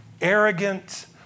arrogant